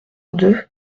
deux